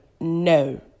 no